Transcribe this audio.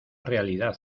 realidad